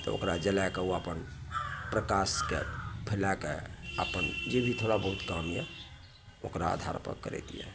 तऽ ओकरा जलाके ओ अपन प्रकाशके फैलाके अपन जे भी थोड़ा बहुत काम यऽ ओकरा आधार पर करैत यऽ